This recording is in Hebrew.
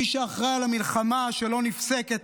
מי שאחראי על המלחמה שלא נפסקת,